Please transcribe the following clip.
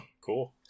Cool